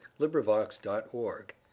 LibriVox.org